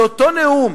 שאותו נאום